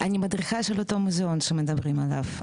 אני מדריכה של אותו מוזיאון שאנחנו מדברים עליו,